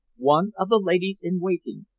one of the ladies-in-waiting,